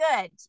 good